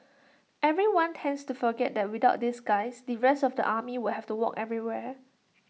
everyone tends to forget that without these guys the rest of the army would have to walk everywhere